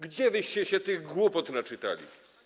Gdzie wyście się tych głupot naczytali?